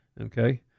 Okay